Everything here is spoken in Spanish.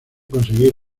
conseguir